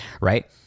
right